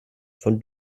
von